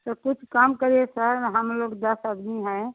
तो कुछ कम करिए सर हम लोग दस आदमी हैं